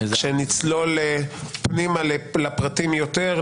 כשנצלול פנימה לפרטים יותר,